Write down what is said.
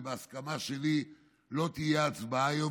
ובהסכמה שלי לא תהיה הצבעה היום,